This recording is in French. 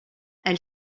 elle